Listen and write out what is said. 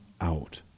out